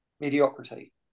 mediocrity